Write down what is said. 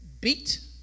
beat